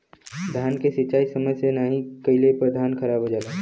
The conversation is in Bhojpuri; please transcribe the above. धान के सिंचाई समय से नाहीं कइले पे धान खराब हो जाला